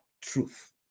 truth